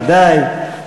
ודאי,